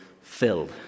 filled